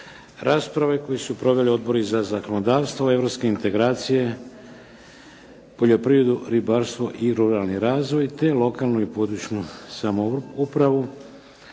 rasprave koju su proveli Odbori za zakonodavstvo, Europske integracije, poljoprivredu, ribarstvo i ruralni razvoj te lokalnu i područnu samoupravu.